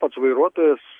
pats vairuotojas